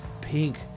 pink